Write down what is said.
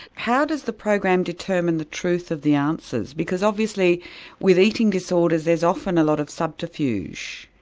how does the program determine the truth of the answers, because obviously with eating disorders there's often a lot of subterfuge?